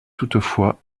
toutefois